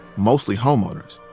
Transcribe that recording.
mostly homeowners.